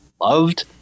loved